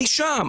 אני שם.